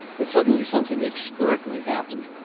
but suddenly something extraordinary happened.